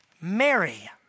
Mary